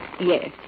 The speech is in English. Yes